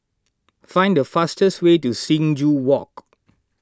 find the fastest way to Sing Joo Walk